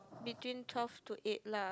between twelve to eight lah